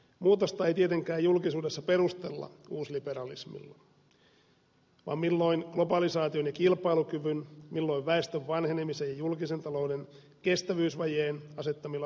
muutosta ei tietenkään julkisuudessa perustella uusliberalismilla vaan milloin globalisaation ja kilpailukyvyn milloin väestön vanhenemisen ja julkisen talouden kestävyysvajeen asettamilla välttämättömyyksillä